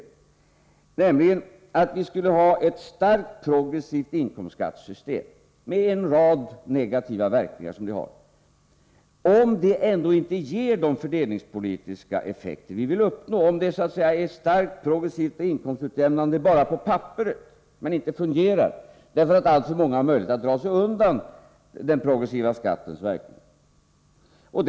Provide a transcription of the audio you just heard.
Det gäller detta att vi skulle ha ett starkt progressivt inkomstskattesystem med en rad negativa verkningar — om det inte ger de fördelningspolitiska effekter vi vill uppnå, om det så att säga är starkt progressivt och inkomstutjämnande bara på papperet men inte fungerar därför att alltför många har möjlighet att dra sig undan den progressiva skattens verkningar.